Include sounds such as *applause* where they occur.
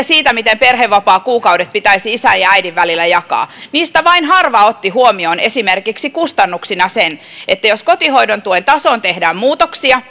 *unintelligible* siitä miten perhevapaakuukaudet pitäisi isän ja äidin välillä jakaa vain harva otti huomioon esimerkiksi kustannuksina sen että jos kotihoidon tuen tasoon tehdään muutoksia *unintelligible*